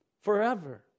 forever